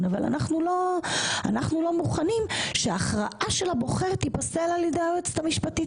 שאנחנו לא מוכנים שההכרעה של הבוחר תיפסל על ידי היועצת המשפטית